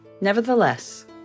Nevertheless